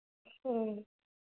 ह्म्म